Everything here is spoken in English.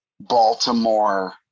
Baltimore